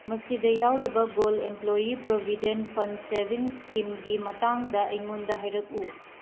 ꯃꯁꯤꯗ ꯌꯥꯎꯔꯤꯕ goal employee provident fund ꯁꯦꯕꯤꯡ ꯁ꯭ꯀꯤꯝꯒꯤ ꯃꯇꯥꯡꯗ ꯑꯩꯉꯣꯟꯗ ꯍꯥꯏꯔꯛꯎ